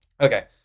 Okay